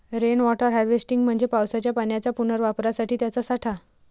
rain water harvesting म्हणजे पावसाच्या पाण्याच्या पुनर्वापरासाठी त्याचा साठा